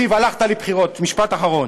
שהלכת לבחירות, משפט אחרון,